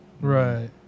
Right